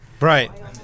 Right